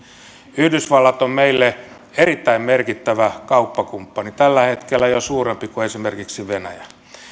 yhdysvallat on meille erittäin merkittävä kauppakumppani tällä hetkellä jo suurempi kuin esimerkiksi venäjä